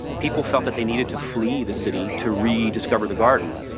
people felt that they needed to flee the city to rediscover the garden,